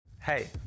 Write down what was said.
Hey